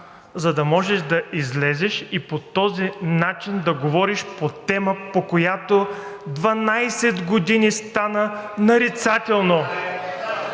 за да можеш да излезеш и по този начин да говориш по тема, която за 12 години стана нарицателно